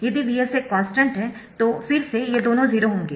यदि Vs एक constant है तो फिर से ये दोनों 0 होंगे